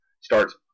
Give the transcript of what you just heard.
starts